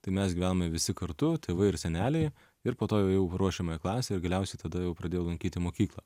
tai mes gyvenome visi kartu tėvai ir seneliai ir po to jau ėjau į paruošiamąją klasę ir galiausiai tada jau pradėjau lankyti mokyklą